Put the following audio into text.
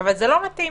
אבל זה לא מתאים.